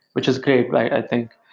which is great, right? i think.